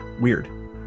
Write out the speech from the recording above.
Weird